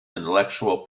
intellectual